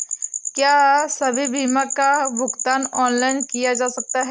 क्या सभी बीमा का भुगतान ऑनलाइन किया जा सकता है?